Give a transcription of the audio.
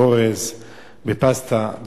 באורז ובפסטה.